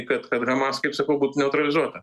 kad kad hamas kaip sakau būt neutralizuota